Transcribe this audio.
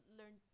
learn